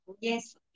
Yes